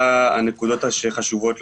וככל שנגיע להוראות ספציפיות,